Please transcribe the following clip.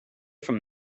from